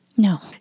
No